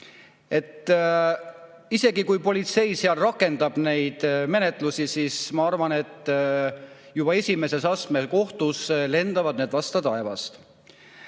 Isegi kui politsei rakendab neid menetlusi, siis ma arvan, et juba esimese astme kohtus lendavad need vastu taevast.